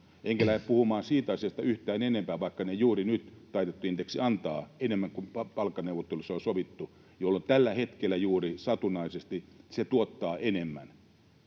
Enkä lähde puhumaan siitä asiasta yhtään enempää, vaikka juuri nyt taitettu indeksi antaa enemmän kuin palkkaneuvotteluissa on sovittu, jolloin juuri tällä hetkellä, satunnaisesti, se tuottaa enemmän.